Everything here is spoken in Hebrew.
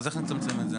אז איך נצמצם את זה?